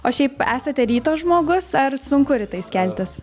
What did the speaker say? o šiaip esate ryto žmogus ar sunku rytais keltis